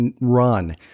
run